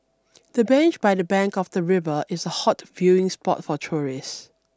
the bench by the bank of the river is a hot viewing spot for tourists